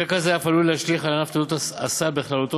מקרה כזה אף עלול להשליך על ענף תעודות הסל בכללותו